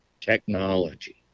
Technology